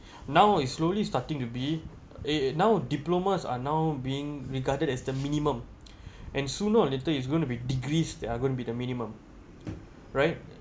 now is slowly starting to be a now diplomas are now being regarded as the minimum and sooner or later it's gonna be degrees that are going to be the minimum right